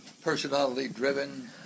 personality-driven